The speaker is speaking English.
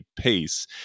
pace